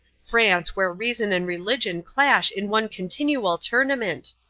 france, where reason and religion clash in one continual tournament.